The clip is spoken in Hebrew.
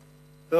לו.